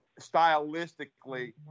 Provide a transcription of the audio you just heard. stylistically